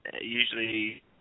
Usually